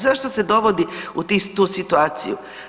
Zašto se dovodi u tu situaciju?